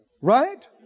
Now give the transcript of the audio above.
right